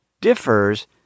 differs